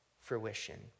fruition